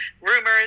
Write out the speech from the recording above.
rumors